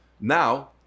Now